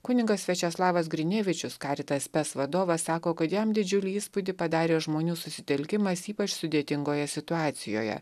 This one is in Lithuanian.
kunigas viačeslavas grinevičius karitas spes vadovas sako kad jam didžiulį įspūdį padarė žmonių susitelkimas ypač sudėtingoje situacijoje